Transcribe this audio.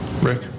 Rick